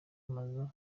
mazu